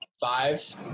five